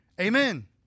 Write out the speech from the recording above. Amen